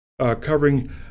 Covering